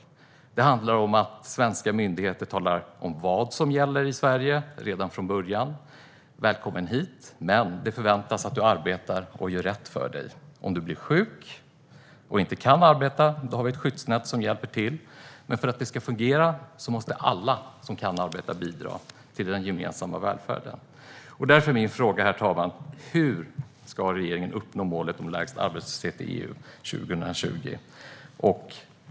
Svenska myndigheter måste redan från början tala om vad som gäller i Sverige. De kan säga: "Du är välkommen hit, men det förväntas av dig att du arbetar och gör rätt för dig. Om du blir sjuk och inte kan arbeta har vi ett skyddsnät som hjälper till. Men för att det ska fungera måste alla som kan arbeta bidra till den gemensamma välfärden." Herr talman! Jag vill fråga ministern hur regeringen ska uppnå målet om lägst arbetslöshet i EU 2020.